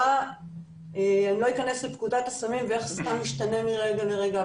אני לא אכנס לפקודת הסמים ואיך סם משתנה מרגע לרגע,